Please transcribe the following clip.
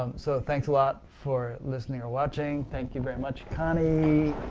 um so thanks a lot for listening or watching. thank you very much connie